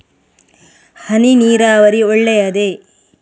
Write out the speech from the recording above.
ಹನಿ ನೀರಾವರಿ ಒಳ್ಳೆಯದೇ?